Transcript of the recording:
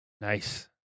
Nice